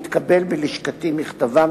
את הצעת החוק,